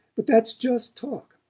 but that's just talk.